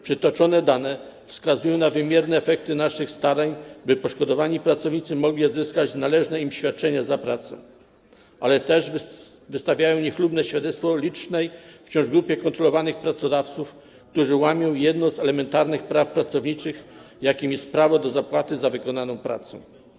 Przytoczone dane wskazują na wymierne efekty naszych starań, by poszkodowani pracownicy mogli odzyskać należne im świadczenia za pracę, ale też wystawiają niechlubne świadectwo licznej wciąż grupie kontrolowanych pracodawców, którzy łamią jedno z elementarnych praw pracowniczych, jakim jest prawo do zapłaty za wykonaną pracę.